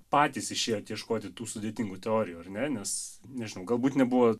patys išėjot ieškoti tų sudėtingų teorijų ar ne nes nežinau galbūt nebuvo